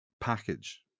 package